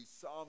Psalm